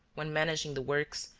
when managing the works,